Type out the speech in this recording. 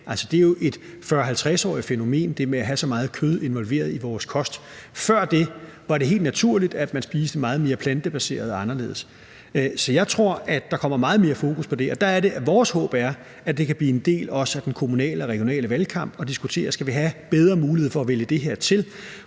kost er jo et 40-50-årigt fænomen. Før det var det helt naturligt, at man spiste meget mere plantebaseret. Så jeg tror, at der kommer meget mere fokus på det. Det, der er vores håb, er, at det også kan blive en del af den kommunale og regionale valgkamp at diskutere, om vi skal have bedre mulighed for at vælge det her til.